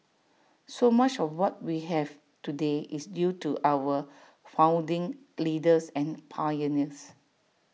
so much of what we have today is due to our founding leaders and pioneers